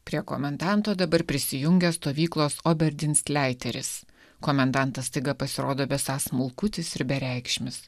prie komendanto dabar prisijungęs stovyklos oberdins leiteris komendantas staiga pasirodo besąs smulkutis ir bereikšmis